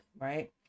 right